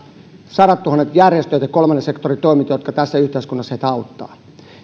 sadattuhannet järjestöt ja kolmannen sektorin toimijat jotka tässä yhteiskunnassa heitä auttavat